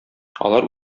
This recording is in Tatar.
алар